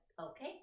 okay